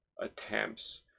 attempts